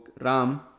Ram